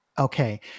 Okay